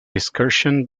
excursion